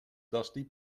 dusty